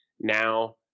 Now